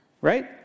right